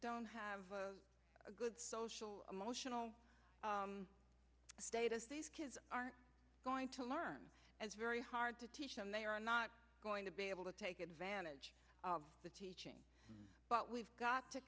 don't have a good social emotional status these kids aren't going to learn as very hard to teach and they are not going to be able to take advantage of the teaching but we've got to